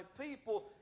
people